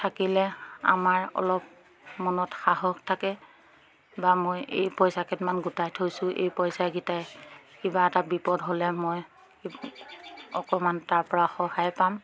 থাকিলে আমাৰ অলপ মনত সাহস থাকে বা মই এই পইচা কেইটামান গোটাই থৈছোঁ এই পইচাকেইটাই কিবা এটা বিপদ হ'লে মই অকণমান তাৰপৰা সহায় পাম